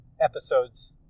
Episodes